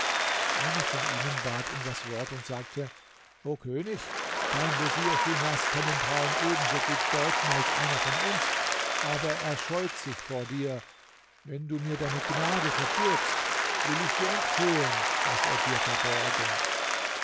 einer von ihnen bat um das wort und sagte o könig dein vezier schimas kann den traum ebensogut deuten als einer von uns aber er scheut sich vor dir wenn du mir deine gnade verbürgst will ich dir enthüllen was er dir verborgen